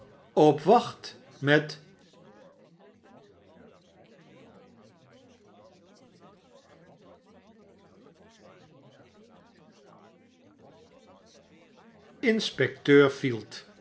op wacht met inspecteur field